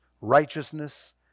righteousness